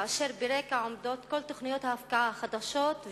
כאשר ברקע עומדות כל תוכניות ההפקעה החדשות,